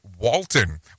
walton